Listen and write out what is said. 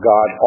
God